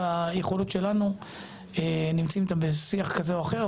והיכולות שלנו נמצאים איתם בשיח כזה או אחר.